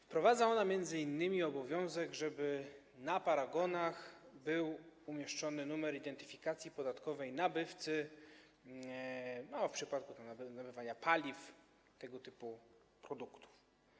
Wprowadza ona m.in. obowiązek, żeby na paragonach był umieszczony numer identyfikacji podatkowej nabywcy w przypadku nabywania paliw, tego typu produktów.